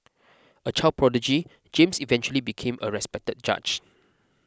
a child prodigy James eventually became a respected judge